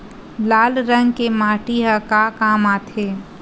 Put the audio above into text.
लाल रंग के माटी ह का काम आथे?